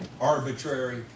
arbitrary